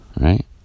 right